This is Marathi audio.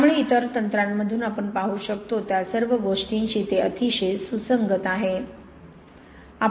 त्यामुळे इतर तंत्रांमधून आपण पाहू शकतो त्या सर्व गोष्टींशी ते अतिशय सुसंगत आहे